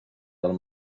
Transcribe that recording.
del